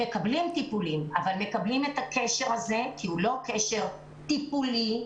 אבל מקבלים את הקשר הזה כי הוא לא קשר טיפולי,